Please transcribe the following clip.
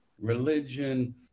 religion